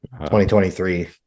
2023